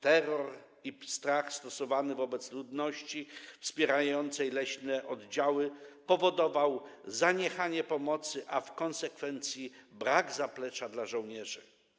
Terror i strach stosowany wobec ludności wspierającej leśne oddziały powodował zaniechanie pomocy, a w konsekwencji brak zaplecza dla żołnierzy.